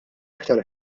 aktar